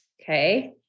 Okay